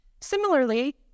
Similarly